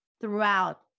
throughout